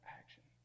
action